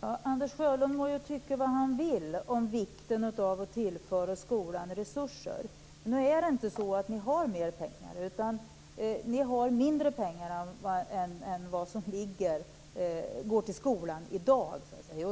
Herr talman! Anders Sjölund må tycka vad han vill om vikten av att tillföra skolan resurser. Men nu är det inte så att ni har mer pengar, utan ni har mindre pengar än vad som går till skolan i dag.